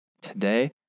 Today